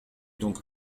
donc